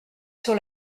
sur